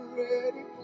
ready